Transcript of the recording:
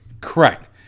Correct